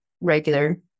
regular